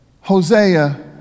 Hosea